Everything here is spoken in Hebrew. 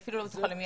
אם